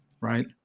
right